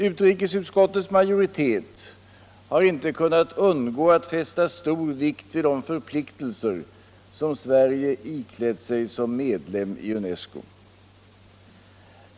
Utrikesutskottets majoritet har inte kunnat undgå att fästa stor vikt vid de förpliktelser som Sverige iklätt sig som medlem i UNESCO.